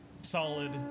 Solid